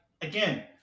again